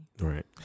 Right